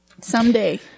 someday